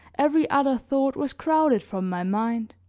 every other thought was crowded from my mind.